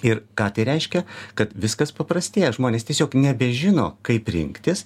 ir ką tai reiškia kad viskas paprastėja žmonės tiesiog nebežino kaip rinktis